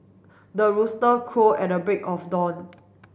the rooster crow at the break of dawn